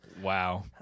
Wow